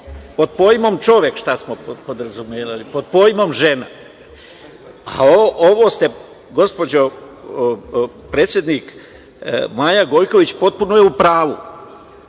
Pod pojmom čovek, šta smo podrazumevali? Pod pojmom žena? Ovo ste, gospođo predsednik, Maja Gojković potpuno je u pravu.